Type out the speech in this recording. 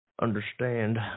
understand